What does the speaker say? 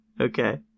Okay